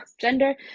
Gender